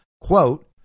quote